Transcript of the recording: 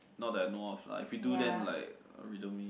not that I know of lah if we do then like we don't be